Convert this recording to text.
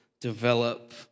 Develop